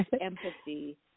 empathy